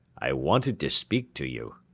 i wanted to speak to you.